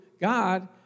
God